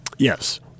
Yes